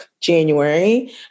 january